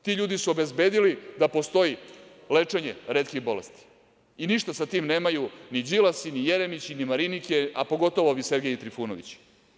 Ti ljudi su obezbedili da postoji lečenje retkih bolesti i ništa sa tim nemaju ni Đilasi ni Jeremići, ni Marinike, a pogotovu ovi Sergeji i Trifunovići.